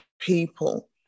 people